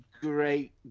great